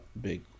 big